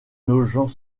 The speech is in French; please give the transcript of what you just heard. nogent